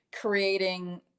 creating